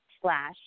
slash